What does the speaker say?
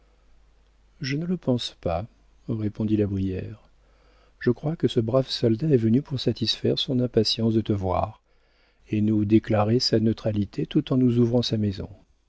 je ne le pense pas répondit la brière je crois que ce brave soldat est venu pour satisfaire son impatience de te voir et nous déclarer sa neutralité tout en nous ouvrant sa maison